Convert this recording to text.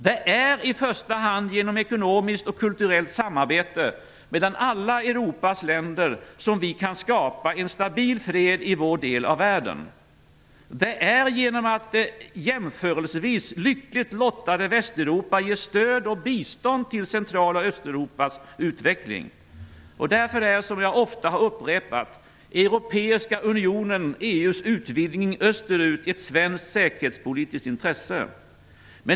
Det är i första hand genom ekonomiskt och kulturellt samarbete mellan alla Europas länder som vi kan skapa en stabil fred i vår del av världen, och genom att det jämförelsevis lyckligt lottade Västeuropa ger stöd och bistånd till Central och Östeuropas utveckling. Därför är, som jag ofta har sagt, EU:s utvidgning österut ett svenskt säkerhetspolitiskt intresse.